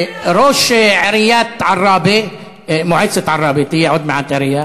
ראש עיריית, מועצת עראבה, תהיה עוד מעט עירייה,